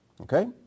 Okay